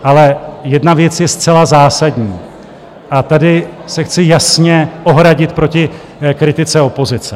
Ale jedna věc je zcela zásadní a tady se chci jasně ohradit proti kritice opozice.